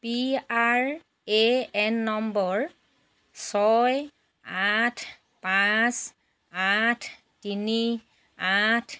PRAN number ছয় আঠ পাঁচ আঠ তিনি আঠ